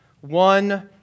one